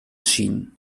schienen